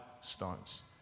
stones